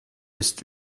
ist